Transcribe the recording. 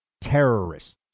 terrorists